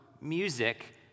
music